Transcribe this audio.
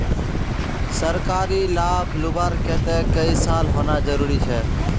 सरकारी लाभ लुबार केते कई साल होना जरूरी छे?